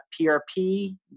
PRP